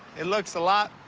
it looks a lot.